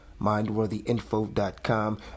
MindworthyInfo.com